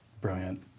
brilliant